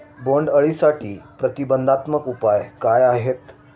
बोंडअळीसाठी प्रतिबंधात्मक उपाय काय आहेत?